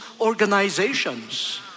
organizations